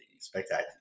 spectacular